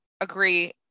agree